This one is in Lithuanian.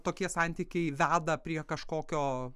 tokie santykiai veda prie kažkokio